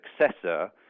successor